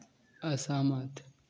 असहमत